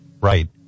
Right